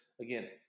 again